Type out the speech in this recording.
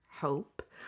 Hope